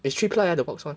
it's three ply uh the box [one]